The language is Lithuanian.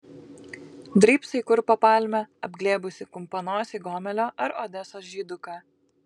drybsai kur po palme apglėbusi kumpanosį gomelio ar odesos žyduką